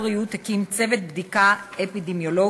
משרד הבריאות הקים צוות בדיקה אפידמיולוגי,